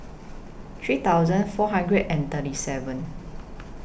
three thousand four hundred and thirty seven